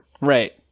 Right